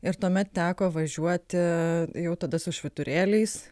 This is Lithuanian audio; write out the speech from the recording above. ir tuomet teko važiuoti jau tada su švyturėliais